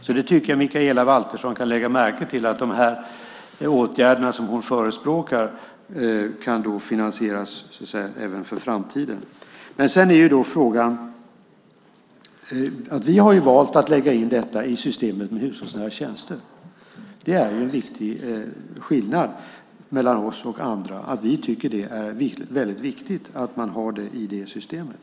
Jag tycker att Mikaela Valtersson kan lägga märke till att de åtgärder som hon förespråkar kan finansieras även för framtiden. Vi har valt att lägga in detta i systemet med hushållsnära tjänster. En viktig skillnad mellan oss och andra är att vi tycker att det är väldigt viktigt att man har det i det systemet.